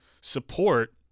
support